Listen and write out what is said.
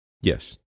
Yes